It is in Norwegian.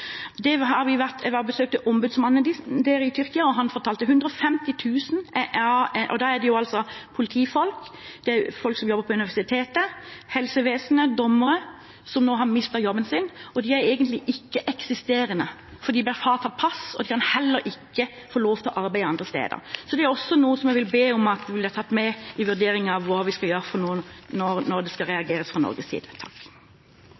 som vi også burde se på, er at 150 000 har mistet arbeidet sitt etter kuppet. Jeg besøkte ombudsmannen i Tyrkia, og han fortalte at 150 000 – politifolk, folk som jobber på universitetet og i helsevesenet, dommere – har mistet jobbet sin. De er egentlig ikke-eksisterende, for de er fratatt pass og får heller ikke lov til å jobbe andre steder. Så det er også noe som jeg vil be om blir tatt med i vurderingen av hva vi skal gjøre når det skal